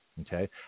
Okay